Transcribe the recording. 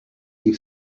you